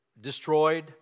destroyed